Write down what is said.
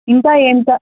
ఇంకా ఎంత